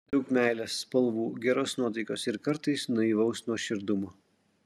daug meilės spalvų geros nuotaikos ir kartais naivaus nuoširdumo